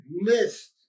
list